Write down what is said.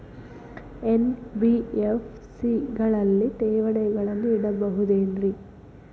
NBFC ಗಳಲ್ಲಿ ಠೇವಣಿಗಳನ್ನು ಇಡಬಹುದೇನ್ರಿ?